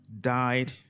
died